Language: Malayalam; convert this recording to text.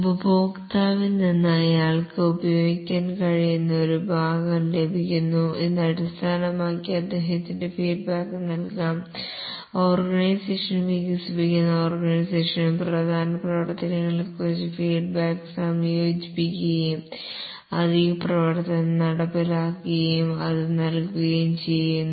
ഉപഭോക്താവിൽ നിന്ന് അയാൾക്ക് ഉപയോഗിക്കാൻ കഴിയുന്ന ഒരു ഭാഗം ലഭിക്കുന്നു ഇത് അടിസ്ഥാനമാക്കി അദ്ദേഹത്തിന്റെ ഫീഡ്ബാക്ക് നൽകാം ഓർഗനൈസേഷൻ വികസിപ്പിക്കുന്ന ഓർഗനൈസേഷൻ പ്രധാന പ്രവർത്തനത്തെക്കുറിച്ചുള്ള ഫീഡ്ബാക്ക് സംയോജിപ്പിക്കുകയും അധിക പ്രവർത്തനം നടപ്പിലാക്കുകയും അത് നൽകുകയും ചെയ്യുന്നു